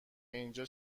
اینجا